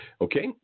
okay